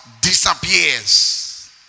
Disappears